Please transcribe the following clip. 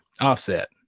Offset